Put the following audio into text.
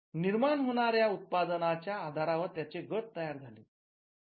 निर्माण होणाऱ्या उत्पादनाच्या आधारावर त्यांचे गट तयार झालेत